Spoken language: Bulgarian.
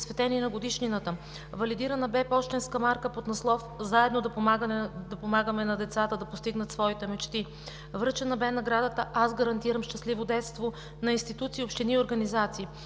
посветени на годишнината. Валидирана бе пощенска марка под надслов: „Заедно да помагаме на децата да постигнат своите мечти“. Връчена бе наградата: „Аз гарантирам щастливо детство“ на институции, общини и организации.